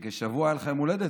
לפני כשבוע היה לך יום הולדת.